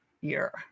year